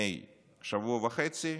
לפני שבוע וחצי,